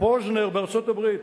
המשפטן ריצ'רד פוזנר בארצות-הברית